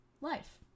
life